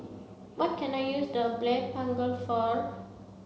what can I use the Blephagel for